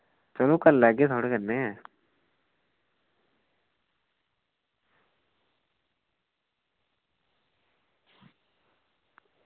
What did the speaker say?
चलो करी लैगे थुआढ़े कन्नै